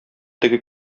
теге